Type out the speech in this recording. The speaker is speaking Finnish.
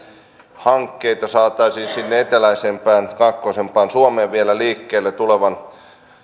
hankkeita saataisiin sinne eteläisempään kaakkoisempaan suomeen vielä liikkeelle tulevan